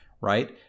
right